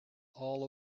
all